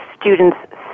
students